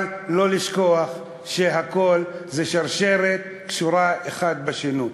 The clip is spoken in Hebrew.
אבל לא לשכוח שהכול זה שרשרת, אחד קשור בשני.